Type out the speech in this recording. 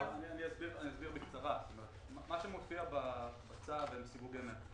אני אסביר: מה שמופיע בצו הם סיווגי מכס.